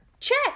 Check